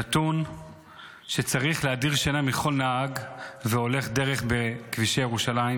נתון שצריך להדיר שינה מכל נהג והולך דרך בכבישי ירושלים,